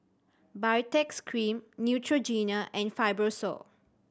Baritex Cream Neutrogena and Fibrosol